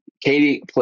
Katie